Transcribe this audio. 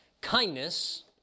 Kindness